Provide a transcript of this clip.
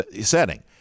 setting